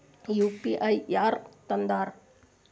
UPI ಯಾರ್ ತಂದಾರ?